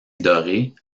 doré